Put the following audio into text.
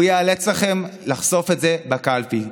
הוא ייאלץ אתכם לחשוף את זה בקלפי.